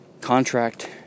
contract